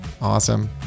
awesome